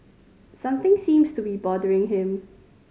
something seems to be bothering him